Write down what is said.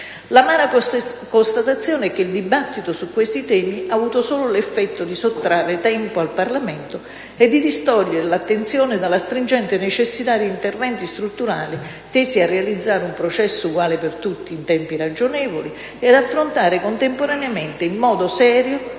L'amara constatazione è che il dibattito su questi temi ha avuto solo l'effetto di sottrarre tempo al Parlamento e di distogliere l'attenzione dalla stringente necessità di interventi strutturali tesi a realizzare un processo uguale per tutti e in tempi ragionevoli e ad affrontare, contemporaneamente, in modo serio,